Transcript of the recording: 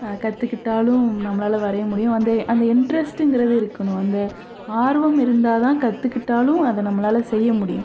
கற்றுக்கிட்டாலும் நம்மளால் வரையமுடியும் அந்த அந்த இன்ட்ரஸ்ட்ங்கிறது இருக்கணும் அந்த ஆர்வம் இருந்தால்தான் கற்றுக்கிட்டாலும் அதை நம்மளால் செய்ய முடியும்